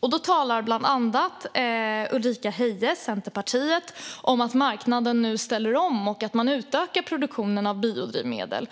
Då talar Ulrika Heie, Centerpartiet, bland annat om att marknaden nu ställer om och att man utökar produktionen av biodrivmedel.